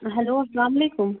hello اسلامُ علیکُم